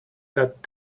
that